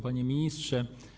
Panie Ministrze!